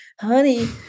honey